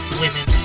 women